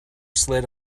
slid